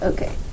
Okay